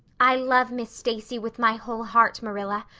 i love miss stacy with my whole heart, marilla.